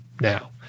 now